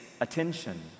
attention